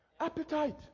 Appetite